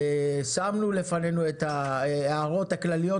שמנו לפנינו את ההערות הכלליות